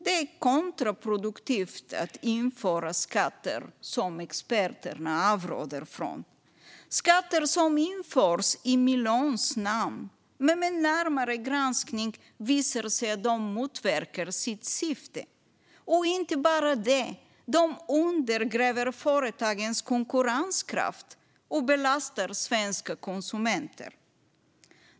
Det är kontraproduktivt att införa skatter som experterna avråder från, skatter som införs i miljöns namn men som vid närmare granskning visar sig motverka sitt syfte. Och inte bara det, de undergräver också företagens konkurrenskraft och belastar svenska konsumenter.